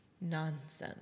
Nonsense